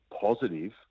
positive